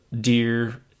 deer